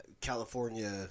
California